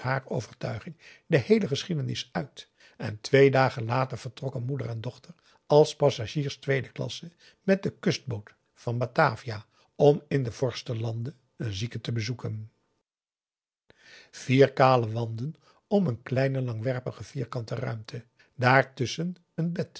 overtuiging de heele geschiedenis uit en twee dagen later vertrokken moeder en dochter als passagiers tweede klasse met de kustboot van batavia om in de vorstenlanden een zieke te bezoeken vier kale wanden om een kleine langwerpig vierkante ruimte daartusschen een bed